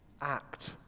act